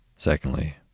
Secondly